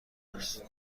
است